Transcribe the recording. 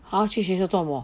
她去学校做什么